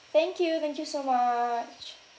thank you thank you so much